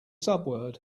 subword